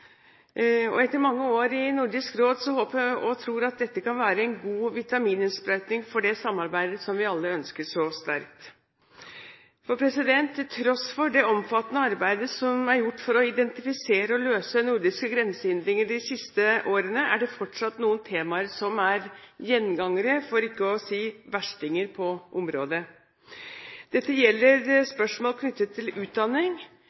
Etter mange år i Nordisk råd håper og tror jeg at dette kan være en god vitamininnsprøytning for det samarbeidet som vi alle ønsker så sterkt. Til tross for det omfattende arbeidet som er gjort for å identifisere og løse nordiske grensehindringer de siste årene, er det fortsatt noen temaer som er gjengangere – for ikke å si verstinger – på området. Dette gjelder spørsmål knyttet til utdanning,